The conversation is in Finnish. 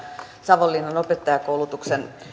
savonlinnan opettajakoulutuksen